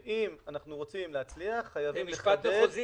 ואם אנחנו רוצים להצליח --- זה משפט מחוזי